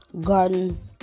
Garden